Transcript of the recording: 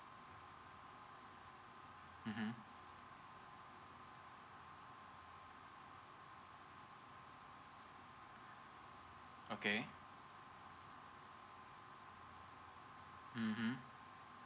mmhmm okay mmhmm